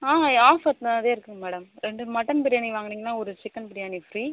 ஆ offer நிறையா இருக்குதுங்க madam ரெண்டு மட்டன் பிரியாணி வாங்குனீங்கன்னா ஒரு சிக்கன் பிரியாணி ஃப்ரீ